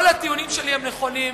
כל הטיעונים שלי הם נכונים,